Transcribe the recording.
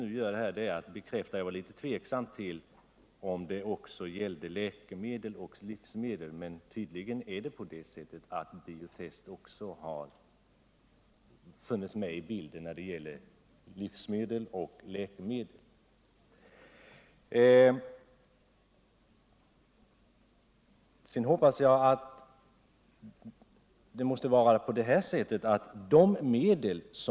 Jag kunske kan få en förklaring. Det inträffade visar att man, allteftersom bestämmelserna skärpts när det gäller hantering med gilter, inte tår överlåta åt privata laboratorier att bedöma medlens farlighet. Man måste ställa krav på att staten svarar för testerna av de giftiga medlen. Därför är det viktigt att man från svensk sida äntligen börjar skaffa fram resurser så att vi själva kan sköta testerna av dessa bekämpningsmedel. Jordbruksministern bekräftade en sak.